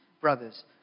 brothers